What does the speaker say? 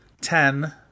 ten